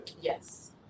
Yes